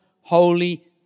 holy